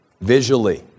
visually